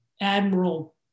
admiral